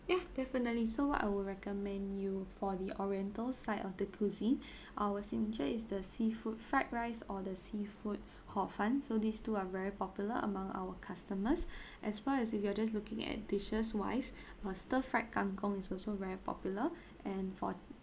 ya definitely so what I will recommend you for the oriental side of the cuisine our signature is the seafood fried rice or the seafood hor fun so these two are very popular among our customers as far as if you're just looking at dishes wise our stir fried kang kong is also very popular and for